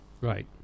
right